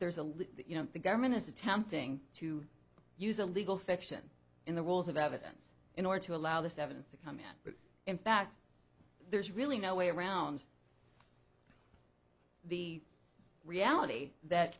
there's a little you know the government is attempting to use a legal fiction in the rules of evidence in order to allow this evidence to come in but in fact there's really no way around the reality that